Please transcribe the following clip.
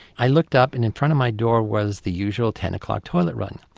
i looked up and in front of my door was the usual ten o'clock toilet run,